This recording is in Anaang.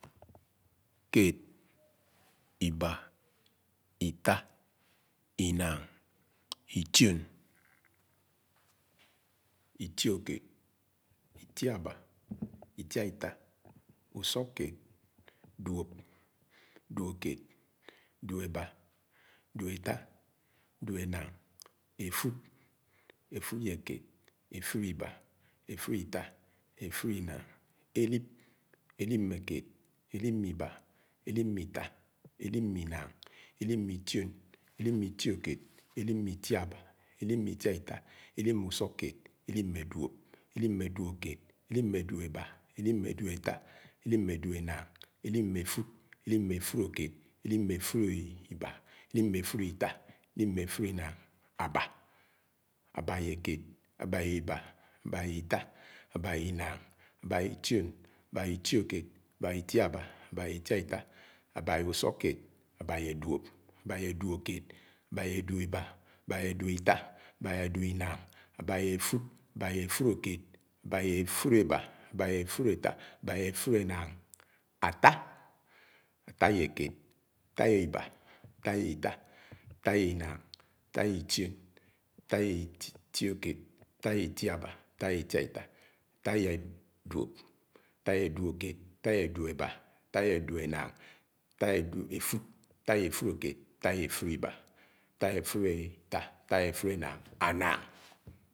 Kéed, ìbá, itá, ìnáng ìtìón ìtiókéed, itiábá, ìtaìtá, ùsúkkéed, duóp, duokéed, duɗóebã duólóetá, duóenáng, efúd, efúdekéed, efúdebá, efúdetá, efúdenáng, èlíp, elíp-mékéed, èlíp-mé-ibá, elíp-mé-ìtá, elíp-me-inang, elíp-me-ìtión, elíp-me-itiokéed, elip-me-itiàbá, elíp-me-itíatá, elip-me-usukkeed, elíp-me-duop, elip-me duokeed, elip-me-duoeba, elip-mé-duóetà, elip-mé-duóenàng, elip-me-efud, elip-me-efudekeed, elip-me-efudebá, elip-me-efudeta, elip-me-efudenáng, abáa, abáa-ye-kéed, abáa-ye-ìbá, abáa-ye-ìtà, abáa-ye-ìnáng, abáa-ye-ìtíón, abáa-ye-itiokéed, abáa-ye-itiàbá, abáa-ye-itiaita, abáa-ye-ùsùkkeed, abáa-ye-duóp, abáa-ye-duókeed, abáa-ye-duóebá, abáa-yé-duóetá, abáa-ye-duóenáng, abáa-ye-efud, abáa-ye-efudekeed, abáa-ye-efudebá, abáa-ye-efudeta, abáa-ye-efudenáng, àtá, àtá-ye-kéed, àtá-ye-ìbá, àtá-ye-ìtà, àtá-ye-ìnáng, àtá-ye-ìtíón, àtá-ye-itiokéed, àtá-ye-itiàbá, àtá-ye-itiaita, àtá-ye-ùsùkkeed, àtá-ye-duóp, àtá-ye-duókeed, àtá-ye-duóebá, àtá-yé-duóetá, àtá-ye-duóenáng, àtá-ye-efud, àtá-ye-efudekeed, àtá-ye-efudebá, àtá-ye-efudeta, àtá-ye-efudenáng, añañg.